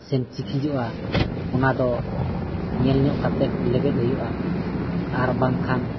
ᱥᱤᱧ ᱪᱤᱠᱤᱡᱚᱜᱼᱟ ᱚᱱᱟᱫᱚ ᱧᱮᱞ ᱧᱚᱜ ᱠᱟᱛᱮᱫ ᱞᱮᱵᱮᱫ ᱦᱩᱭᱩᱜᱼᱟ ᱟᱨ ᱵᱟᱝᱠᱷᱟᱱ